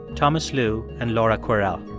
thomas lu and laural kwerel.